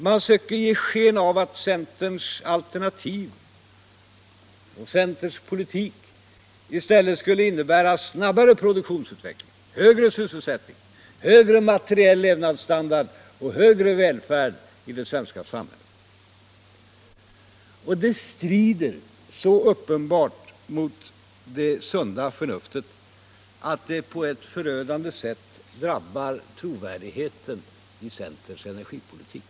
Man söker ge sken av att centerns alternativ och politik i själva verket skulle innebära snabbare produktionsutveckling, högre sysselsättning, högre materiell levnadsstandard och högre välfärd i det svenska samhället. Det strider så uppenbart mot sunda förnuftet att det på ett förödande sätt drabbar trovärdigheten i centerns energipolitik.